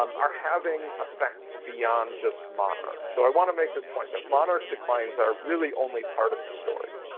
um are having effects beyond just monarchs. so i want to make this point, that monarch declines are really only part of the story.